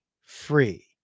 free